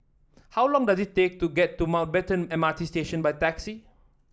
how long does it take to get to Mountbatten M R T Station by taxi